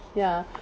ya